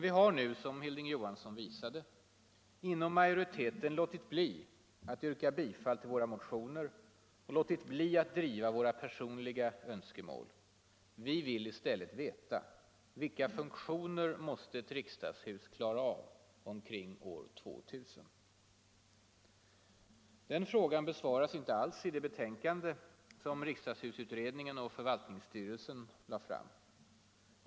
Vi har nu, som Hilding Johansson visade, inom majoriteten låtit bli att yrka bifall till våra motioner och låtit bli att driva våra personliga önskemål. Vi vill i stället veta: Vilka funktioner måste ett riksdagshus klara av omkring år 2000? Den frågan besvaras inte alls i det betänkande som riksdagshusutredningen och förvaltningsstyrelsen lagt fram.